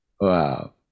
Wow